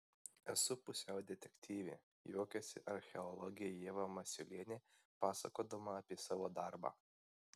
esu pusiau detektyvė juokiasi archeologė ieva masiulienė pasakodama apie savo darbą